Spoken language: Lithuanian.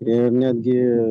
ir netgi